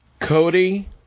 Cody